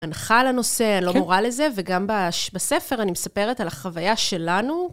הנחה לנושא לא מורה לזה, וגם בספר אני מספרת על החוויה שלנו.